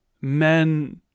men